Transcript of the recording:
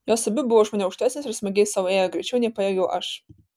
jos abi buvo už mane aukštesnės ir smagiai sau ėjo greičiau nei pajėgiau aš